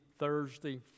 Thursday